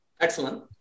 Excellent